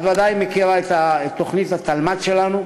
את בוודאי מכירה את התלמ"ת שלנו,